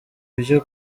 vyo